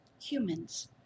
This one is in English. humans